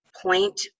point